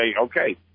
okay